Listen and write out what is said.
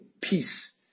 peace